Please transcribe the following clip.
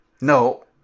No